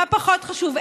מה פחות חשוב,